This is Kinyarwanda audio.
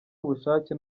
ubushake